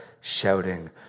shouting